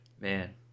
Man